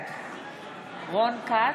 בעד רון כץ,